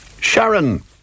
Sharon